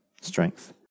strength